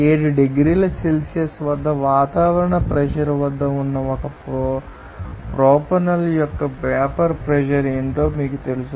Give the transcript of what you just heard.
7 డిగ్రీల సెల్సియస్ వద్ద వాతావరణ ప్రెషర్ వద్ద ఉన్న 1 ప్రొపనాల్ యొక్క వేపర్ ప్రెషర్ ఏమిటో మీకు తెలుసు